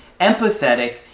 empathetic